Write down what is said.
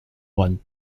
one